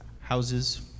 houses